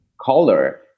color